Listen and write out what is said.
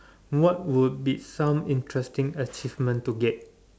what would be some interesting achievement to get